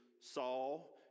Saul